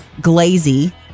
glazy